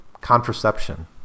Contraception